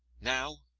now,